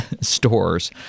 stores